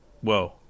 Whoa